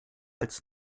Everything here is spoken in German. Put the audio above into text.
als